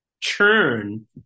churn